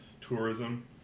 tourism